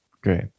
Great